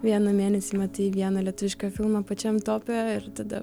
vieną mėnesį matei vieną lietuvišką filmą pačiam tope ir tada